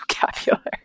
vocabulary